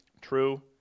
True